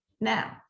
Now